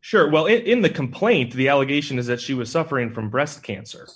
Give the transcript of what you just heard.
sure well it's in the complaint the allegation is that she was suffering from breast cancer